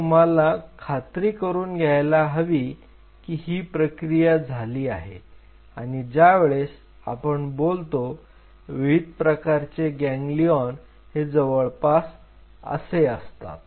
तर आता तुम्हाला खात्री करून घ्यायला हवी की ही प्रक्रिया झाली आहे आणि ज्या वेळेस आपण बोलतो विविध प्रकारचे गॅंगलिऑन हे जवळपास असे असतात